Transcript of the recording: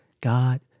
God